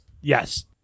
Yes